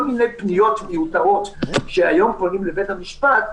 מיני פניות מיותרות שהיום פונים לבית המשפט,